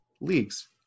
leagues